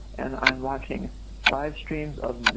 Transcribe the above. and i'm watching five streams of news.